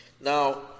Now